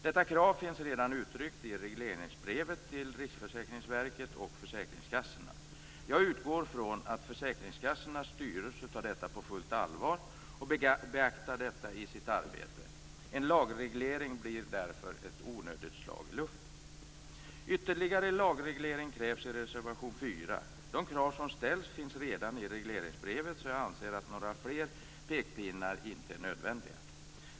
Detta krav finns redan uttryckt i regleringsbrevet till Riksförsäkringsverket och försäkringskassorna. Jag utgår från att försäkringskassornas styrelser tar detta på fullt allvar och beaktar det i sitt arbete. En lagreglering blir därför ett onödigt slag i luften. Ytterligare lagreglering krävs i reservation 4. De krav som ställs finns redan i regleringsbrevet, så jag anser att några fler pekpinnar inte är nödvändiga.